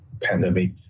pandemic